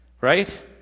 Right